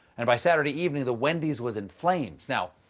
and by saturday evening, the wendy's was in flames. now,